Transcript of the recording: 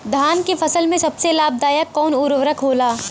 धान के फसल में सबसे लाभ दायक कवन उर्वरक होला?